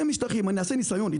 נעשה ניסיון,